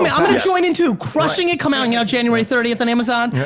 um yeah i'm gonna join in too. crushing it coming out january thirtieth on amazon,